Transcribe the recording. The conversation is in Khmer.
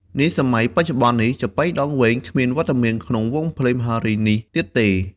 នាសម័យបច្ចុប្បន្ននេះ ចាប៉ីដងវែងគ្មានវត្តមានក្នុងវង់ភ្លេងមហោរីនេះទៀតទេ។